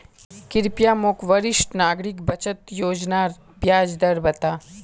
कृप्या मोक वरिष्ठ नागरिक बचत योज्नार ब्याज दर बता